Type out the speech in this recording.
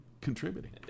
contributing